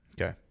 Okay